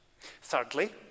Thirdly